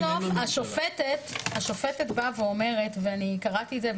בסוף, השופטת באה ואומרת, ואני קראתי את זה,